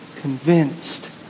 convinced